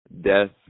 death